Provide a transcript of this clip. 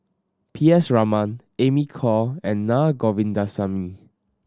P S Raman Amy Khor and Naa Govindasamy